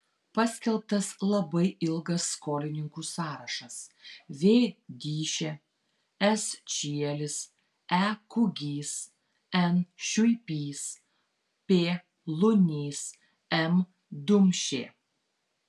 paskelbtas labai ilgas skolininkų sąrašas v dyšė s čielis e kugys n šiuipys p lunys m dumšė